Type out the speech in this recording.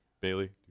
Bailey